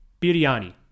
biryani